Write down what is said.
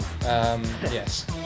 yes